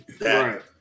Right